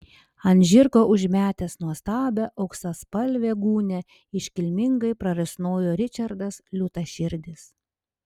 ant žirgo užmetęs nuostabią auksaspalvę gūnią iškilmingai prarisnojo ričardas liūtaširdis